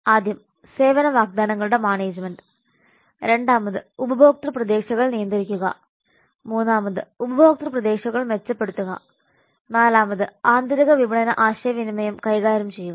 ആദ്യം സേവന വാഗ്ദാനങ്ങളുടെ മാനേജ്മെന്റ് രണ്ടാമത് ഉപഭോക്തൃ പ്രതീക്ഷകൾ നിയന്ത്രിക്കുക മൂന്നാമത് ഉപഭോക്തൃ പ്രതീക്ഷകൾ മെച്ചപ്പെടുത്തുക നാലാമത് ആന്തരിക വിപണന ആശയവിനിമയം കൈകാര്യം ചെയ്യുക